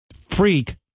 freak